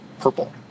purple